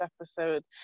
episode